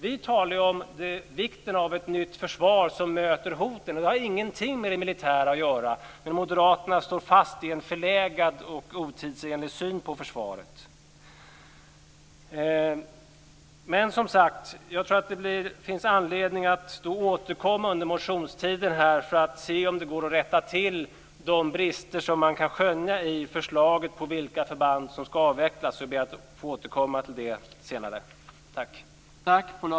Vi talar om vikten av ett nytt försvar som möter hoten. Det har ingenting med det militära att göra. Men moderaterna står fast vid en förlegad och otidsenlig syn på försvaret. Jag tror att det finns anledning att återkomma under motionstiden för att se om det går att rätta till de brister som man kan skönja i förslaget till vilka förband som ska avvecklas. Jag ber att få återkomma till det senare.